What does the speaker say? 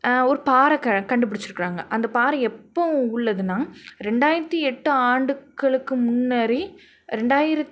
ஒரு பாறை க கண்டுபிடிச்சிருக்குறாங்க அந்த பாறை எப்போது உள்ளதுனால் ரெண்டாயிரத்தி எட்டு ஆண்டுகளுக்கு முன்னரே ரெண்டாயிரத்து